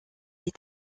est